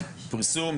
פרסום,